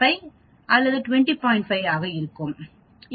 5 ஆக இருக்கலாம்